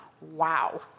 Wow